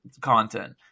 content